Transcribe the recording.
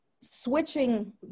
switching